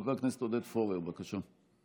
חבר הכנסת עודד פורר, בבקשה.